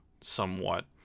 Somewhat